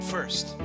First